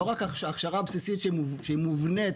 לא רק ההכשרה הבסיסית שהיא מובנית,